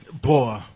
Boy